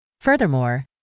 Furthermore